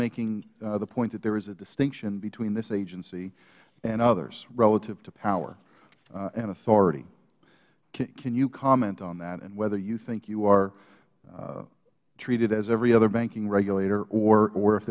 making the point that there is a distinction between this agency and others relative to power and authority can you comment on that and whether you think you are treated as every other banking regulator or